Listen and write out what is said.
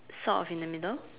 sort of in the middle